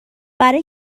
برا